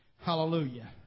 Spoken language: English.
Hallelujah